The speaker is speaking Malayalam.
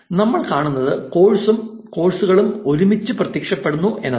നമ്മൾ കാണുന്നത് കോഴ്സും കോഴ്സുകളും ഒരുമിച്ച് പ്രത്യക്ഷപ്പെടുന്നു എന്നതാണ്